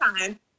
time